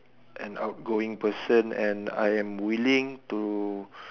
an outgoing person and I'm willing to